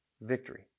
victory